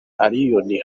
allioni